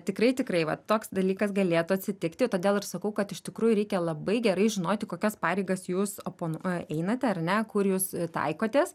tikrai tikrai vat toks dalykas galėtų atsitikti todėl ir sakau kad iš tikrųjų reikia labai gerai žinoti kokias pareigas jūs oponuo einate ar ne kur jūs taikotės